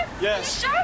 Yes